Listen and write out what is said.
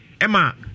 Emma